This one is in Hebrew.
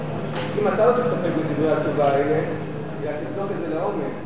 אם אתה לא תסתפק בדברי התשובה האלה אלא תבדוק את זה לעומק,